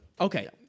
Okay